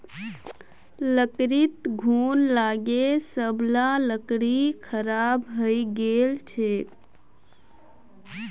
लकड़ीत घुन लागे सब ला लकड़ी खराब हइ गेल छेक